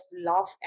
love